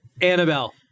Annabelle